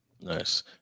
Nice